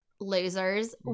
Losers